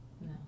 No